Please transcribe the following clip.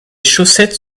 chaussettes